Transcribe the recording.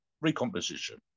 Recomposition